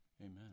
Amen